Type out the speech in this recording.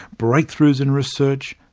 breakthroughs in research,